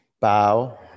Bow